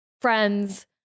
friends